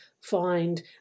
find